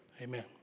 Amen